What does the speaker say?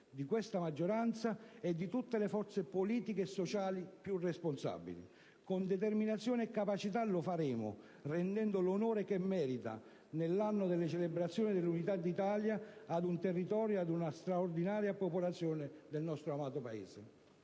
di questa maggioranza e di tutte le forze politiche e sociali più responsabili. Con determinazione e capacità lo faremo, rendendo l'onore che merita, nell'anno delle celebrazioni dell'Unità d'Italia, ad un territorio e ad una straordinaria popolazione del nostro amato Paese.